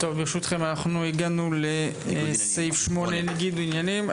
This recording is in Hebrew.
ברשותכם, אנחנו הגענו לסעיף 8, ניגוד עניינים.